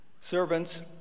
Servants